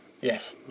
Yes